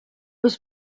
was